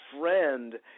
friend